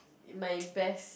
in my best